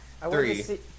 Three